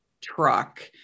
truck